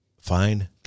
fine